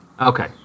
okay